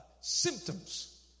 symptoms